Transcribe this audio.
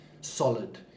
solid